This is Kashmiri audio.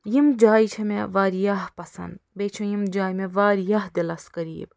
یِم جایہِ چھِ مےٚ واریاہ پَسنٛد بیٚیہِ چھِ یِم جایہِ مےٚ واریاہ دِلَس قریٖب